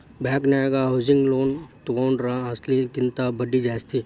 ಬ್ಯಾಂಕನ್ಯಾಗ housing loan ತಗೊಂಡ್ರ ಅಸ್ಲಿನ ಕಿಂತಾ ಬಡ್ದಿ ಜಾಸ್ತಿ